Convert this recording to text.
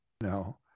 No